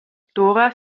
dora